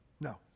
No